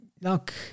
Look